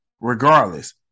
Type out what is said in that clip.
regardless